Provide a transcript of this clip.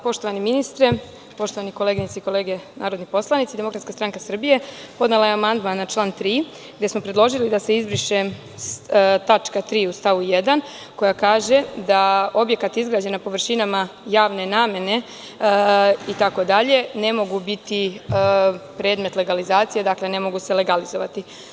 Poštovani ministre, poštovani koleginice i kolege narodni poslanici, DSS podnela je amandman na član 3. gde smo predložili da se izbriše tačka 3. u stavu 1. koja kaže da objekat izgrađen na površinama javne namene itd. ne može biti predmet legalizacije, dakle, ne može se legalizovati.